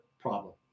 problem